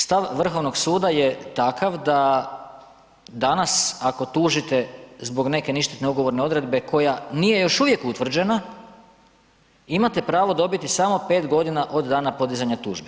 Stav Vrhovnog suda je takav da danas ako tužite zbog neke ništetne ugovorne odredbe koja nije još uvijek utvrđena imate pravo dobiti samo 5 godina od dana podizanja tužbe.